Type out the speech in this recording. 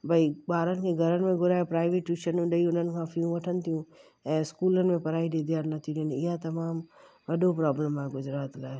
भई ॿारनि खे घर में घुराए प्राइवेट ट्यूशनूं ॾेई उन्हनि खां फ़ियूं वठनि थियूं ऐं स्कूलनि में पढ़ाई ते ध्यानु नथी ॾियनि इहा तमामु वॾो प्रोब्लम आहे गुजरात लाइ